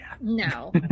No